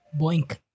Boink